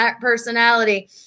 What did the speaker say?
personality